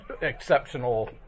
exceptional